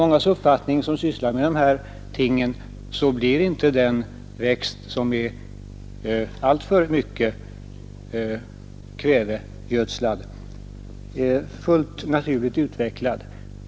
Många som sysslar med biodynamisk odling har nämligen uppfattningen att en växt som är alltför mycket konstgödslad inte blir fullt naturligt utvecklad.